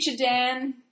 Dan